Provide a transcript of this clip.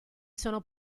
sono